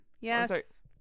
Yes